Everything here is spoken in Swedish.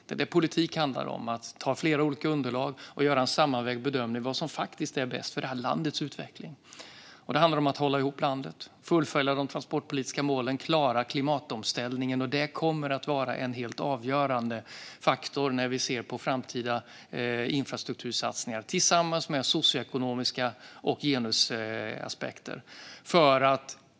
Det är det politik handlar om: att göra en sammanvägd bedömning utifrån flera olika underlag av vad som faktiskt är bäst för landets utveckling. Det handlar om att hålla ihop landet, fullfölja de transportpolitiska målen och klara klimatomställningen. Det kommer att vara en helt avgörande faktor när vi ser på framtida infrastruktursatsningar tillsammans med socioekonomiska aspekter och genusaspekter.